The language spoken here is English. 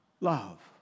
love